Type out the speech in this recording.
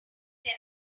ten